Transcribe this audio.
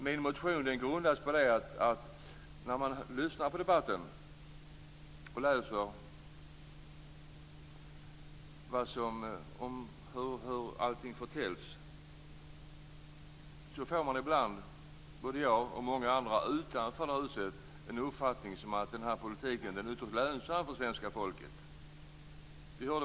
Min motion grundas på att jag och andra utanför huset som lyssnar på debatten och läser om vad som förtäljs ibland får en uppfattning att denna politik är ytterst lönsam för svenska folket.